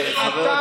תן לו.